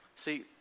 See